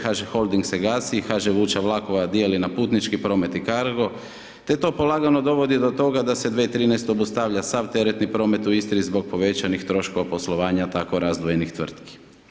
HŽ holding se gasi i HŽ vuča vlakova dijeli na putnički promet … te to polagano dovodi do toga da se 2013. ovu stavlja sav teretni promet u Istri zbog povećanih troškova poslovanja tako razvijenih tvrtki.